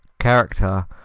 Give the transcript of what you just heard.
Character